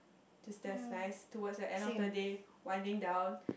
to nice towards the end of the day winding down